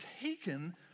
taken